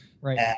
Right